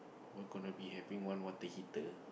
one gonna be having one water heater